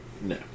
No